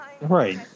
right